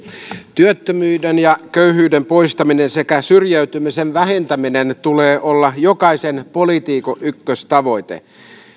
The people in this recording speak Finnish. työttömyyden ja köyhyyden poistamisen sekä syrjäytymisen vähentämisen tulee olla jokaisen poliitikon ykköstavoite